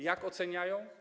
Jak oceniają?